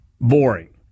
boring